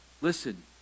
Listen